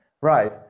right